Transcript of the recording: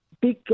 big